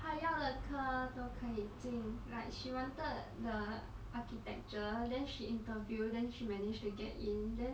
她要的科都可以进 like she wanted the architecture then she interview then she managed to get in then